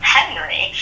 Henry